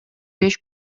беш